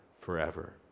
forever